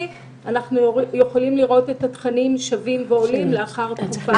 אנחנו יכולים לראות את התכנים שבים ועולים לאחר תקופה מסוימת.